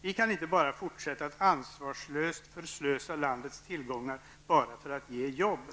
Vi kan inte fortsätta att ansvarslöst förslösa landets tillgångar bara för att ge jobb.